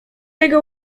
jego